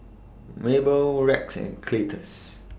Mable Rex and Cletus